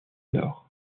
nord